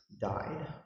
died